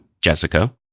Jessica